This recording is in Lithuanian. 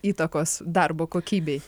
įtakos darbo kokybei